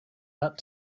that